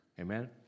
amen